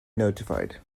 notified